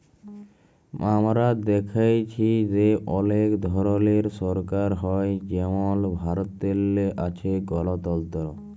আমরা দ্যাইখছি যে অলেক ধরলের সরকার হ্যয় যেমল ভারতেল্লে আছে গলতল্ত্র